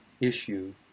issue